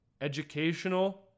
educational